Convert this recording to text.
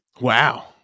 Wow